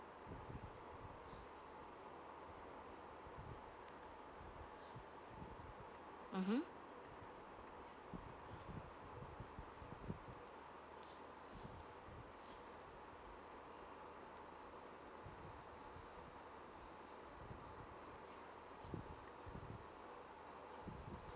uh hmm